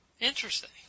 Interesting